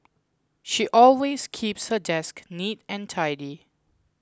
she always keeps her desk neat and tidy